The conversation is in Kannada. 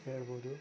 ಹೇಳಬಹುದು